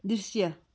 दृश्य